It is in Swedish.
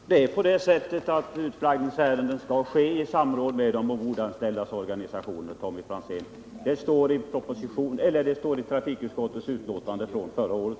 Herr talman! Det är på det sättet att utflaggningsärenden skall handläggas i samråd med de ombordanställdas organisationer, Tommy Franzén. Det står i trafikutskottets betänkande för förra året.